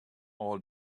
all